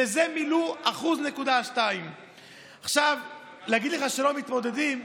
בזה מילאו 1.2%. עכשיו, להגיד לך שלא מתמודדים?